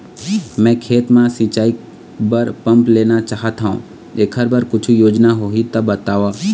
मैं खेती म सिचाई बर पंप लेना चाहत हाव, एकर बर कुछू योजना होही त बताव?